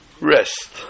Rest